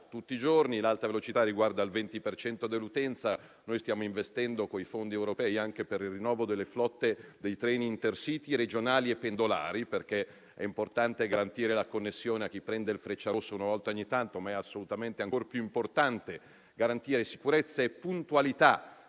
tutti i giorni e l'Alta Velocità riguarda il 20 per cento dell'utenza, noi stiamo investendo con i fondi europei anche per il rinnovo delle flotte dei treni Intercity, regionali e pendolari, perché è importante garantire la connessione a chi prende il Frecciarossa una volta ogni tanto, ma è assolutamente ancor più importante garantire sicurezza e puntualità